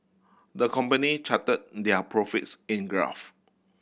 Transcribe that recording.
the company charted their profits in graph